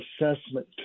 assessment